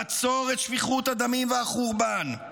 לעצור את שפיכות הדמים והחורבן,